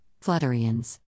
Flutterians